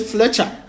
Fletcher